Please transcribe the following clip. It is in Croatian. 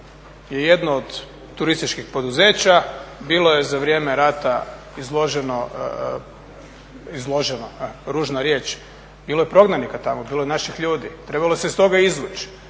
je jedno od turističkih poduzeća, bilo je za vrijeme rata izloženo, izloženo je ružna riječ, bilo je prognanika tamo, bilo je naših ljudi trebalo se iz toga izvući.